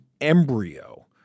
embryo